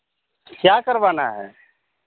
क्या करवाना है